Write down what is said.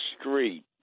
street